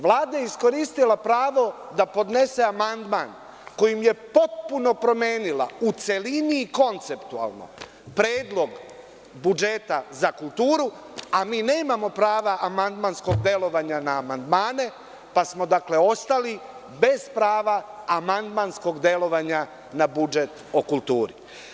Vlada je iskoristila pravo da podnese amandman kojim je potpuno promenila u celini i konceptualno Predlog budžeta za kulturu, a mi nemamo prava amandmanskog delovanja na amandmane, pa smo ostali bez prava amandmanskog delovanja na budžet o kulturi.